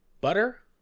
butter